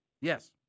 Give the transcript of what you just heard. Yes